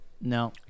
No